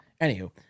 Anywho